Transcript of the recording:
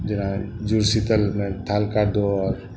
जेना जुड़ शितलमे थाल कादो